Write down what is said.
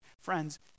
Friends